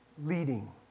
leading